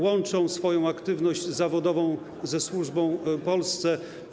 Łączą swoją aktywność zawodową ze służbą Polsce.